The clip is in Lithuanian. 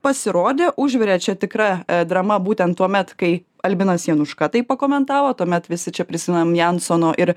pasirodė užvirė čia tikra drama būtent tuomet kai albinas januška taip pakomentavo tuomet visi čia prisimenam jansono ir